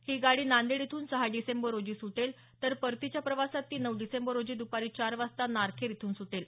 ही गाडी नांदेड इथून सहा डिसेंबर रोजी सुटेल तर परतीच्या प्रवासात ती नऊ डिसेंबर रोजी दुपारी चार वाजता नारखेर इथून सुटेल